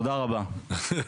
תודה רבה.